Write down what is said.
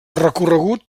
recorregut